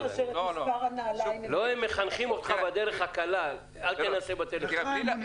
הם מחנכים אותך בדרך הקלה, אל תנסה בטלפון.